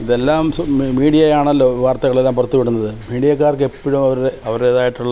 ഇതെല്ലാം മി മീഡിയ ആണല്ലോ ഈ വാർത്തകളെല്ലാം പുറത്ത് വിടുന്നത് മീഡിയക്കാർക്കെപ്പോഴും അവരുടെ അവരുടെതായിട്ടുള്ള